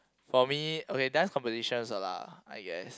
for me okay dance competitions lah I guess